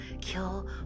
kill